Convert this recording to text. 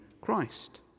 Christ